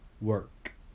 work